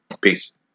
Peace